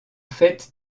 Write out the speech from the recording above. fait